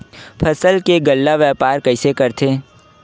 फसल के गल्ला व्यापार कइसे करथे?